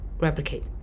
replicate